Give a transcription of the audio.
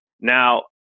Now